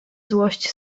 złość